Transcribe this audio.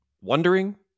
wondering